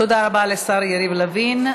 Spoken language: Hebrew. תודה רבה לשר יריב לוין.